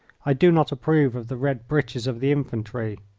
i do not approve of the red breeches of the infantry.